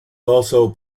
also